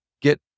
get